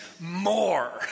more